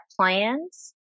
plans